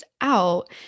out